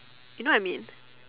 you know I mean